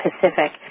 Pacific